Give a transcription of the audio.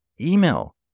Email